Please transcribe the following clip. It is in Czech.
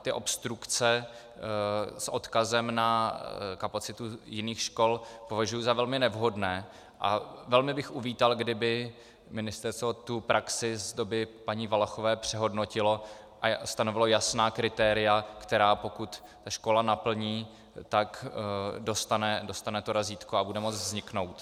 Ty obstrukce s odkazem na kapacitu jiných škol považuji za velmi nevhodné a velmi bych uvítal, kdyby ministerstvo tu praxi z doby paní Valachové přehodnotilo a stanovilo jasná kritéria, která pokud škola naplní, tak dostane to razítko a bude moci vzniknout.